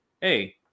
hey